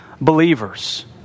believers